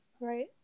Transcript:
right